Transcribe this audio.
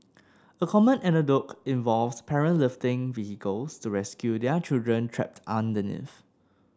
a common anecdote involves parents lifting vehicles to rescue their children trapped underneath